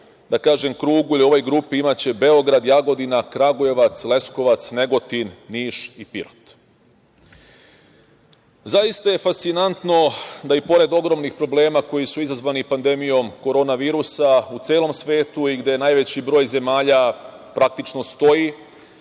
u ovom krugu ili u ovoj grupi imaće Beograd, Jagodina, Kragujevac, Leskovac, Negotin, Niš i Pirot. Zaista je fascinantno da, i pored ogromnih problema koji su izazvani pandemijom korona virusa u celom svetu, gde najveći broj zemalja praktično stoji